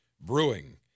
Brewing